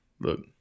Look